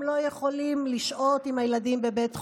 הם לא יכולים לשהות עם הילדים בבית חולים.